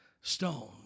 stone